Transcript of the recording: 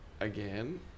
again